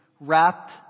wrapped